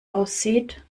aussieht